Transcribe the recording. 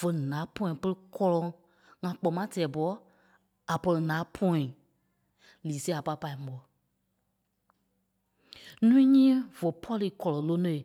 vé ǹáa pɔ̃yɛ pere kɔ́lɔŋ, ŋa kpɔŋ mâa tɛɛ ḿbɔ a pɔ̂ri ǹáa pɔ̃yɛɛi, lii sêe a pâi pâi bɔ́. Núui nyíi vé pɔ̂rii kɔlɔ lónoi,